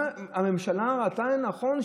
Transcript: מה הממשלה ראתה לנכון?